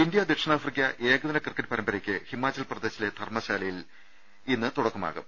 India ദക്ഷിണാഫ്രിക്ക് ഏകദിന cricket പരമ്പ രയ്ക്ക് ഹിമാചൽ പ്രദേശിലെ ധർമ്മശാലയിൽ ഇന്ന് തുടക്കമാകും